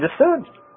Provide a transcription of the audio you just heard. understood